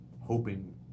hoping